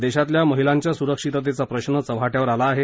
देशातल्या महिलांच्या सुरक्षिततेचा प्रश्न चव्हाट्यावर आला आहे